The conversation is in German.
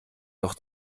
noch